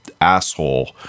asshole